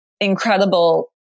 incredible